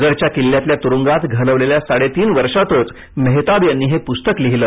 नगरच्या किल्ल्यातल्या तुरुंगात घालवलेल्या साडे तीन वर्षातचं मेहताब यांनी हे पुस्तक लिहिलं